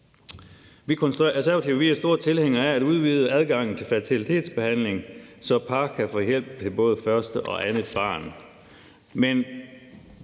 er store tilhængere af at udvide adgangen til fertilitetsbehandling, så par kan få hjælp til både første og andet barn.